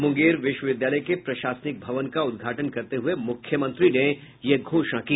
मुंगेर विश्वविद्यालय के प्रशासनिक भवन का उद्घाटन करते हुये मुख्यमंत्री ने यह घोषणा की